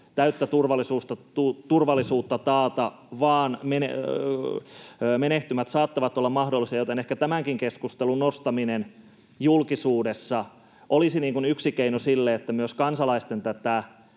täyttä turvallisuutta taata, vaan menehtymät saattavat olla mahdollisia, joten ehkä tämänkin keskustelun nostaminen julkisuudessa olisi yksi keino sille, että myös kansalaisten